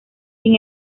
sin